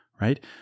right